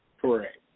Correct